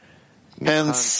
Hence